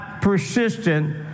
persistent